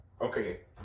okay